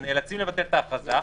נאלצים לבטל את ההכרזה.